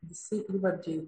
visi įvardžiai